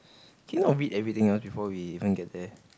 can you not read everything else before we can get there